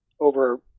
over